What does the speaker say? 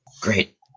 Great